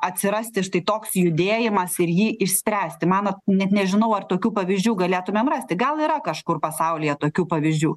atsirasti štai toks judėjimas ir jį išspręsti manot net nežinau ar tokių pavyzdžių galėtumėm rasti gal yra kažkur pasaulyje tokių pavyzdžių